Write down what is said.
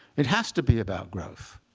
it has to be about growth.